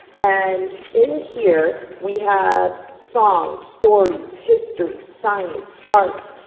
and in here, we have songs, stories, history, science, art,